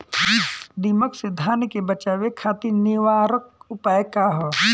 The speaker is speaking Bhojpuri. दिमक से धान के बचावे खातिर निवारक उपाय का ह?